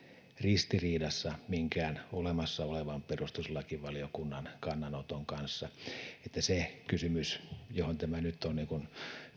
ristiriidassa minkään olemassa olevan perustuslakivaliokunnan kannanoton kanssa se kysymys johon tämä keskustelu on nyt